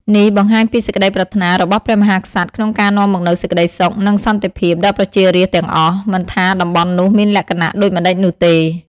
នេះបង្ហាញពីសេចក្តីប្រាថ្នារបស់ព្រះមហាក្សត្រក្នុងការនាំមកនូវសេចក្តីសុខនិងសន្តិភាពដល់ប្រជារាស្ត្រទាំងអស់ មិនថាតំបន់នោះមានលក្ខណៈដូចម្ដេចនោះទេ។